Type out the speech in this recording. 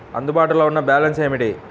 అందుబాటులో ఉన్న బ్యాలన్స్ ఏమిటీ?